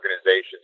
organizations